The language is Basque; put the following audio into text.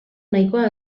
nahikoa